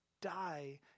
die